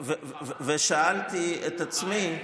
כי הוא לא